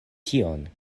tion